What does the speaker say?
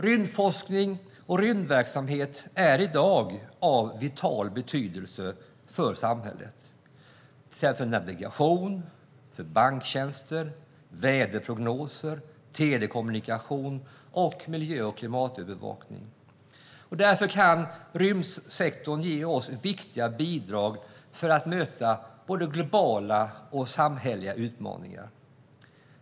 Rymdforskning och rymdverksamhet är i dag av vital betydelse för samhället, till exempel för navigation, banktjänster, väderprognoser, telekommunikation och miljö och klimatövervakning. Därför kan rymdsektorn ge oss viktiga bidrag för att möta globala och samhälleliga utmaningar.